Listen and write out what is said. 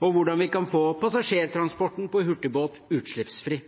og hvordan vi kan få passasjertransporten på hurtigbåt utslippsfri.